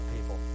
people